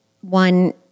One